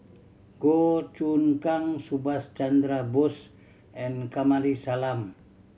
Goh Choon Kang Subhas Chandra Bose and Kamsari Salam